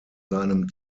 seinem